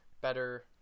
better